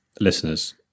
listeners